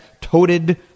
toted